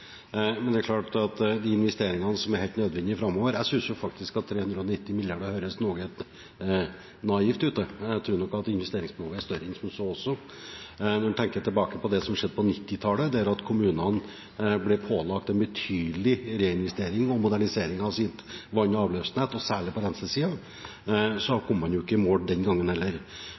men det er klart at det er helt nødvendig med investeringer framover. Jeg synes faktisk 390 mrd. kr høres noe naivt ut – jeg tror nok at investeringsbehovet er større enn som så. Når en tenker tilbake på det som skjedde på 1990-tallet, da kommunene ble pålagt en betydelig reinvestering i og modernisering av sitt vann- og avløpsnett – særlig når det gjaldt rensing – kom man jo ikke i mål den gangen